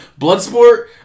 Bloodsport